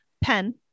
pen